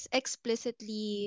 explicitly